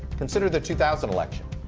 consider the two thousand election,